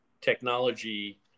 technology